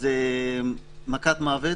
זה מכת מוות.